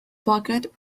pocket